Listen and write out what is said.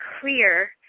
clear